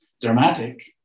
dramatic